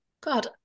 God